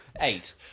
Eight